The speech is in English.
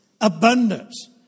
abundance